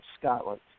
Scotland